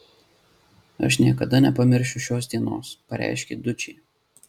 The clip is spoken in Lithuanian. aš niekada nepamiršiu šios dienos pareiškė dučė